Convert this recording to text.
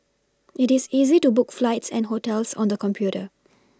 it is easy to book flights and hotels on the computer